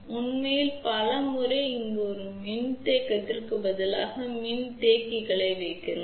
உண்மையில் பல முறை இங்கு ஒரு மின்தேக்கத்திற்கு பதிலாக பல மின்தேக்கிகளை வைக்கிறோம்